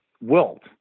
wilt